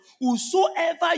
whosoever